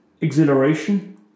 exhilaration